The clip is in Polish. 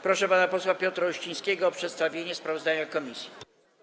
Proszę pana posła Piotra Uścińskiego o przedstawienie sprawozdania komisji.